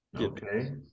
Okay